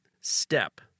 step